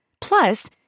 Plus